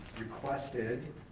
requested,